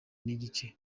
n’igice